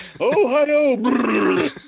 Ohio